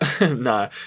no